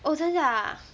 oh 真的 ah